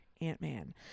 Ant-Man